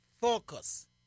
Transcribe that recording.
focus